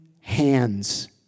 hands